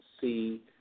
see